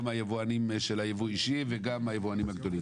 גם היבואנים של הייבוא האישי וגם היבואנים הגדולים.